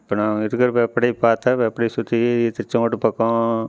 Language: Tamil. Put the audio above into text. இப்போ நாங்கள் இருக்கிறப்ப அப்படி பார்த்தா வ அப்படி சுற்றி திருச்செங்கோட்டு பக்கம்